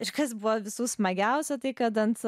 ir kas buvo visų smagiausia tai kad ant